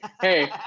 Hey